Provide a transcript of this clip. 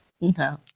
no